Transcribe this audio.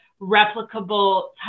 replicable